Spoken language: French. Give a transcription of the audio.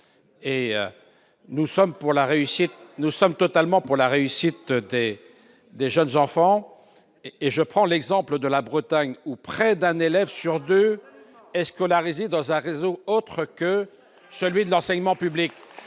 Nous sommes pour la réussite des jeunes enfants. Je prends l'exemple de la Bretagne, où près d'un élève sur deux est scolarisé dans un réseau autre que celui de l'enseignement public,